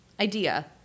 Idea